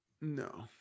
No